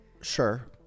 Sure